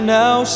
now